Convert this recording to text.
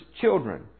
children